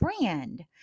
brand